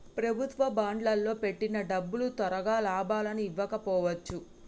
ప్రభుత్వ బాండ్లల్లో పెట్టిన డబ్బులు తొరగా లాభాలని ఇవ్వకపోవచ్చు